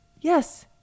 Yes